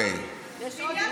יש עוד יהודים.